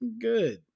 Good